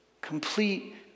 complete